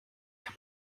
ihr